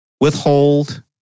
withhold